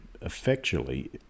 effectually